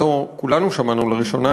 אותו כולנו שמענו לראשונה,